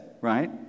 Right